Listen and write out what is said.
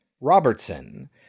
Robertson